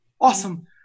awesome